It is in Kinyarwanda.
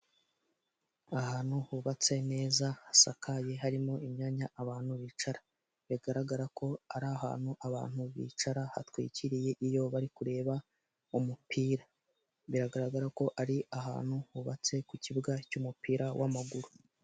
Ahantu hubatse neza hasakaye harimo imyanya abantu bicara, bigaragara ko ari ahantu abantu bicara hatwikiriye iyo bari kureba umupira, biragaragara ko ari ahantu hubatse ku kibuga cy'umupira w'amaguru.